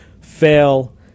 fail